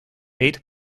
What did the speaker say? eight